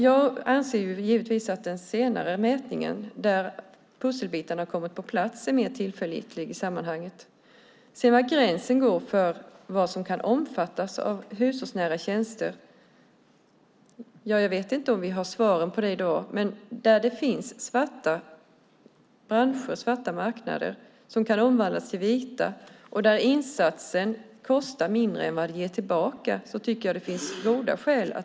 Jag anser givetvis att den senare mätningen där pusselbitarna har kommit på plats är mer tillförlitlig i sammanhanget. Var gränsen går för vad som kan omfattas av hushållsnära tjänster har vi nog inte svaret på i dag. Där det finns svarta branscher och marknader som kan omvandlas till vita, och insatsen kostar mindre än vad den ger tillbaka, finns det goda skäl att titta på det och utreda det.